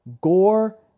gore